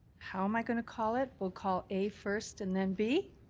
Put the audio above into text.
how am i going to call it? we'll call a first and then b.